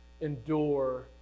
endure